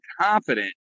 confident